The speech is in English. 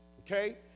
okay